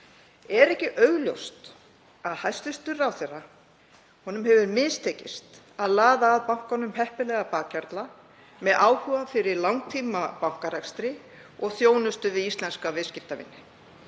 Er ekki augljóst að hæstv. ráðherra hefur mistekist að laða að bankanum heppilega bakhjarla með áhuga fyrir langtímabankarekstri og þjónustu við íslenska viðskiptavini,